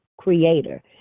creator